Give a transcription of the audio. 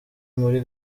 muri